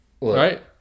Right